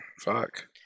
fuck